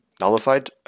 nullified